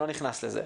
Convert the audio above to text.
אני לא נכנס לזה.